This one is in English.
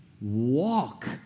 walk